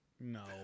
No